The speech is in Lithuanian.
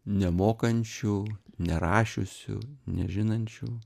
nemokančių nerašiusių nežinančių